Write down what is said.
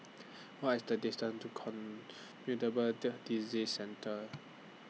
What IS The distance to Communicable The Disease Centre